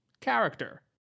character